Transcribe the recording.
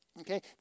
Okay